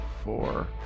four